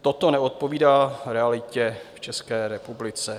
Toto neodpovídá realitě v České republice.